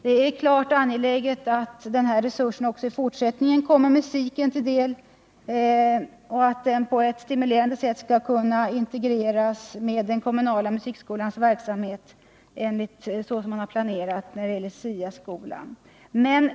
Det är givetvis angeläget att denna resurs även i fortsättningen kommer musiken till del och att den på ett stimulerande sätt kan integreras med kommunala musikskolans verksamhet enligt planerad SIA-modell.